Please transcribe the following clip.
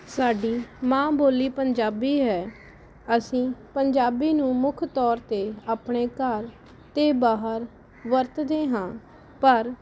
ਸਾਡੀ ਮਾਂ ਬੋਲੀ ਪੰਜਾਬੀ ਹੈ ਅਸੀਂ ਪੰਜਾਬੀ ਨੂੰ ਮੁੱਖ ਤੌਰ 'ਤੇ ਆਪਣੇ ਘਰ ਅਤੇ ਬਾਹਰ ਵਰਤਦੇ ਹਾਂ ਪਰ